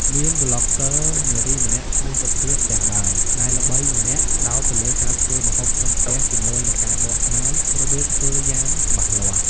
មានប្លុកហ្គើនារីម្នាក់ឈ្មោះ សុភាផ្ទះបាយ ដែលល្បីម្នាក់ផ្តោតទៅលើការធ្វើម្ហូបក្នុងផ្ទះជាមួយនឹងការបកស្រាយរបៀបធ្វើយ៉ាងច្បាស់លាស់។